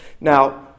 Now